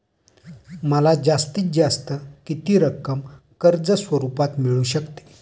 मला जास्तीत जास्त किती रक्कम कर्ज स्वरूपात मिळू शकते?